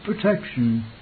protection